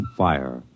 fire